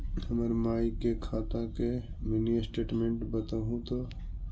हमर माई के खाता के मीनी स्टेटमेंट बतहु तो?